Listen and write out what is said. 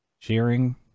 cheering